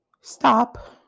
Stop